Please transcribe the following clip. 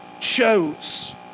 chose